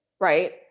right